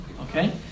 Okay